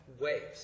Waves